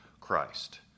Christ